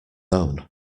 own